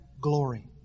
glory